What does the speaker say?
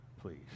please